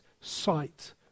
sight